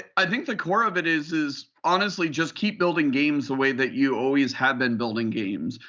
i think the core of it is is honestly just keep building games the way that you always have been building games.